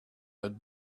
had